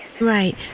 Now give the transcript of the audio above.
Right